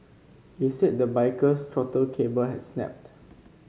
he said the biker's throttle cable had snapped